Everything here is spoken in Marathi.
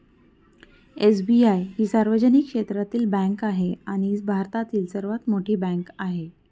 एस.बी.आई ही सार्वजनिक क्षेत्रातील बँक आहे आणि भारतातील सर्वात मोठी बँक आहे